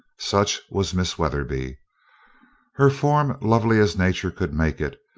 such was miss weatherby her form lovely as nature could make it,